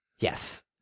Yes